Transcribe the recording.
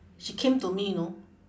she came to me know